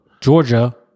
Georgia